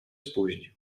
spóźnił